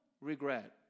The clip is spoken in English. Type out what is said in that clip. regret